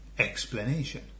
Explanation